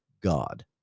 God